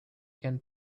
can